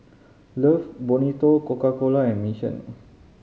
Love Bonito Coca Cola and Mission